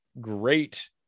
great